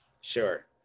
Sure